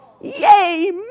Yay